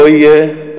לא יהיה,